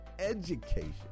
education